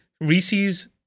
Reese's